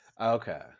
Okay